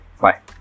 bye